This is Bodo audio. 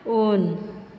उन